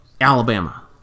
Alabama